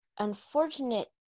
Unfortunate